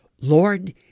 Lord